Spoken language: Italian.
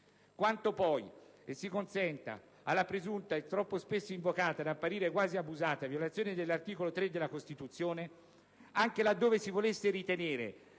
Quanto poi alla presunta e, si consenta, troppo spesso invocata, sì da apparire quasi abusata, violazione dell'articolo 3 della Costituzione, anche laddove si volesse ritenere